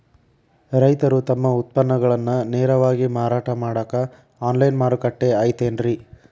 ರೈತರು ತಮ್ಮ ಉತ್ಪನ್ನಗಳನ್ನ ನೇರವಾಗಿ ಮಾರಾಟ ಮಾಡಾಕ ಆನ್ಲೈನ್ ಮಾರುಕಟ್ಟೆ ಐತೇನ್ರಿ?